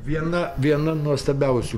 viena viena nuostabiausių